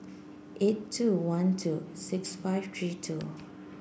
eight two one two six five three two